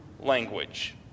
language